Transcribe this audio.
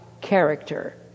character